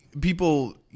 people